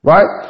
Right